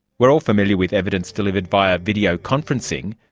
we are all familiar with evidence delivered via videoconferencing,